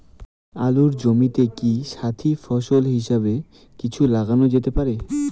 আলুর জমিতে কি সাথি ফসল হিসাবে কিছু লাগানো যেতে পারে?